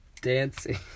dancing